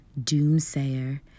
doomsayer